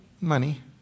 Money